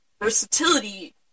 Versatility